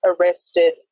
arrested